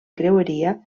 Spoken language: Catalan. creueria